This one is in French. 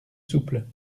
souple